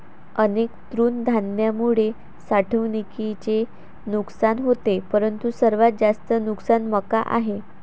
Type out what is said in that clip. अनेक तृणधान्यांमुळे साठवणुकीचे नुकसान होते परंतु सर्वात जास्त नुकसान मका आहे